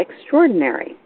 extraordinary